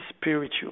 spiritual